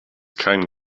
kein